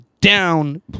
down